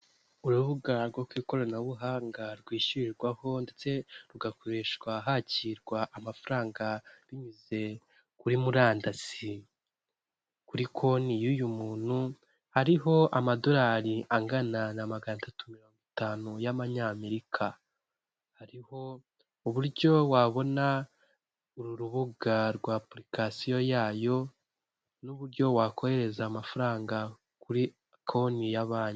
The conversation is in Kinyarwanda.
Urubuga rwo ku ikoranabuhanga rwishyurirwaho ndetse rugakoreshwa hakirwa amafaranga binyuze kuri murandasi, kuri konti y'uyu muntu hariho amadolari angana na magana atatu mirongo itanu y'ayamerika, hariho uburyo wabona uru rubuga rw'apulikasiyo yayo n'uburyo wakohereza amafaranga kuri konti ya banki.